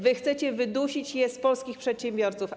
Wy chcecie wydusić je z polskich przedsiębiorców.